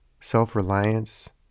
self-reliance